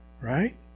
right